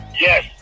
Yes